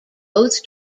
both